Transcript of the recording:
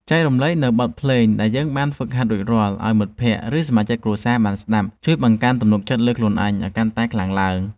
ចែករំលែកនូវបទភ្លេងដែលយើងបានហ្វឹកហាត់រួចរាល់ឱ្យមិត្តភក្តិ ឬសមាជិកគ្រួសារបានស្ដាប់ជួយបង្កើនទំនុកចិត្តលើខ្លួនឯងឱ្យកាន់តែខ្លាំងឡើង។